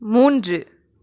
மூன்று